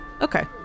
okay